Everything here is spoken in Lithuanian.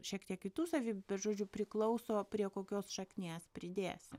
šiek tiek kitų savybių bet žodžiu priklauso prie kokios šaknies pridėsi